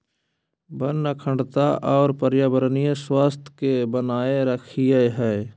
वन अखंडता और पर्यावरणीय स्वास्थ्य के बनाए रखैय हइ